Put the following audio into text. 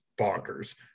bonkers